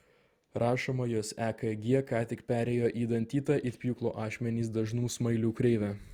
rašoma jos ekg ką tik perėjo į dantytą it pjūklo ašmenys dažnų smailių kreivę